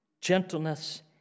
gentleness